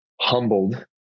humbled